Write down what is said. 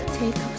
take